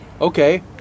Okay